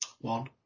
one